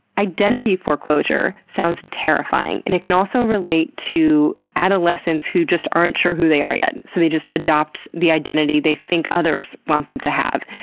identity foreclosure sounds terrifying. and it can also relate to adolescents who just aren't sure who they are yet, so they just adopt the identity they think others want them to have.